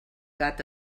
gat